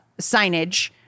signage